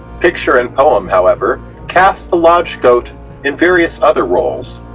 picture and poem, however, cast the lodge goat in various other roles,